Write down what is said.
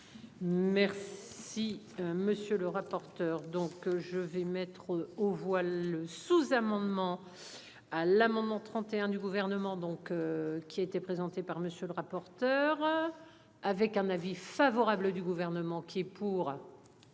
Merci. Si. Monsieur le rapporteur. Donc je vais mettre aux voix le sous-amendements à l'amendement 31 du gouvernement donc qui a été présenté par monsieur le rapporteur. Avec un avis favorable du gouvernement qui est pour.